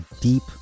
deep